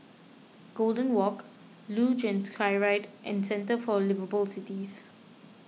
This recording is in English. Golden Walk Luge and Skyride and Centre for Liveable Cities